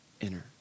inner